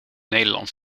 nederlands